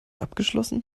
abgeschlossen